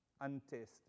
untested